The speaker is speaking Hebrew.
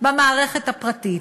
במערכת הפרטית.